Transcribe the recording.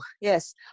yes